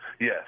Yes